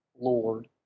Lord